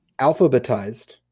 alphabetized